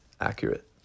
accurate